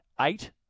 eight